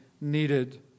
needed